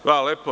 Hvala lepo.